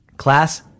Class